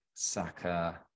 Saka